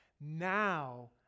Now